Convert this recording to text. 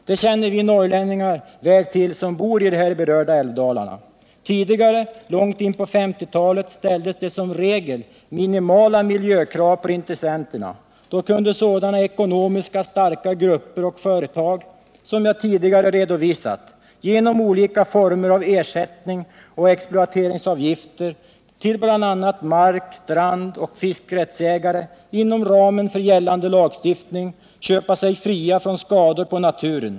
Det känner vi norrlänningar väl till som bor i de här berörda älvdalarna. Tidigare, långt in på 1950-talet, ställdes det som regel minimala miljökrav på intressenterna. Då kunde sådana ekonomiskt starka grupper och företag som jag tidigare redovisat genom olika former av ersättning och exploateringsavgifter till bl.a. mark-, strandoch fiskerättsägare inom ramen för gällande lagstiftning köpa sig fria från skador på naturen.